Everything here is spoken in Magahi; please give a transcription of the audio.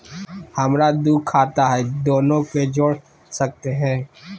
हमरा दू खाता हय, दोनो के जोड़ सकते है?